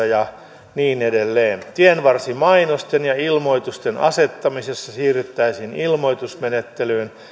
ja niin edelleen tienvarsimainosten ja ilmoitusten asettamisessa siirryttäisiin ilmoitusmenettelyyn